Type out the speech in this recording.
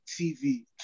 TV